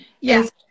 Yes